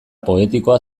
poetikoa